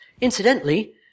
Incidentally